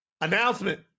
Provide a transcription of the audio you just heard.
announcement